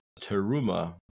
Teruma